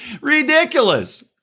ridiculous